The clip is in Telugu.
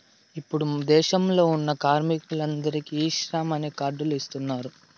ఇప్పుడు దేశంలో ఉన్న కార్మికులందరికీ ఈ శ్రమ్ అనే కార్డ్ లు ఇస్తున్నారు